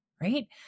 right